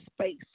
space